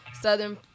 Southern